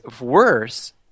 worse